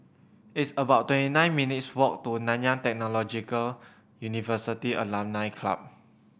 it's about twenty nine minutes' walk to Nanyang Technological University Alumni Club